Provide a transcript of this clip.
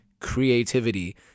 creativity